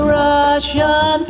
russian